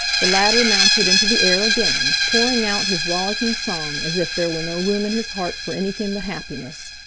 the latter mounted into the air again, pouring out his rollicking song as if there were no room in his heart for anything but happiness.